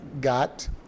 got